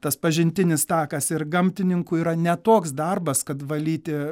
tas pažintinis takas ir gamtininkų yra ne toks darbas kad valyti